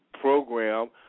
program